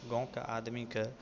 गाँवके आदमीके